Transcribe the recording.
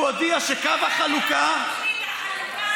הוא הודיע שקו החלוקה, אתה בעד תוכנית החלוקה?